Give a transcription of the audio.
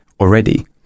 already